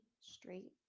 straight